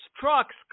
trucks